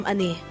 Ani